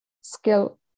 skill